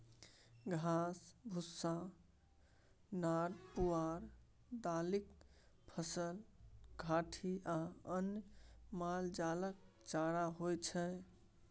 घास, भुस्सा, नार पुआर, दालिक फसल, घाठि आ अन्न मालजालक चारा होइ छै